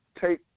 take